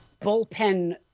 bullpen